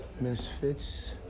Misfits